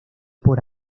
por